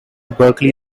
berkeley